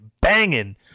banging